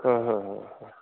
हाँ हाँ हाँ